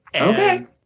Okay